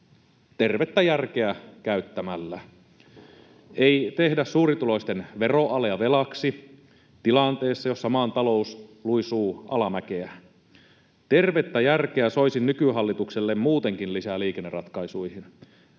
tervettä järkeä käyttämällä. Ei tehdä suurituloisten veroalea velaksi tilanteessa, jossa maan talous luisuu alamäkeä. Tervettä järkeä soisin nykyhallitukselle muutenkin lisää liikenneratkaisuihin.